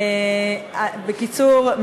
בקיצור,